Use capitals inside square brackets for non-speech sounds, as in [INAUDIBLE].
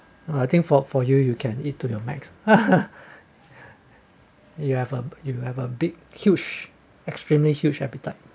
I think for for you you can eat to your max [LAUGHS] you have a you have a big huge extremely huge appetite